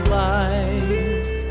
life